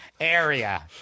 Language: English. area